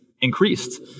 increased